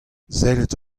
sellet